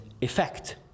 effect